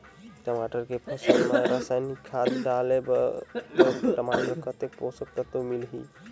टमाटर के फसल मा रसायनिक खाद डालबो ता टमाटर कतेक पोषक तत्व मिलही?